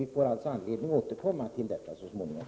Vi får alltså anledning att återkomma till detta så småningom.